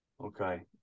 Okay